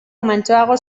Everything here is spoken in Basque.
mantsoago